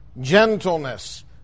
gentleness